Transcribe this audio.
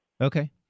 Okay